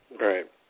Right